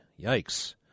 Yikes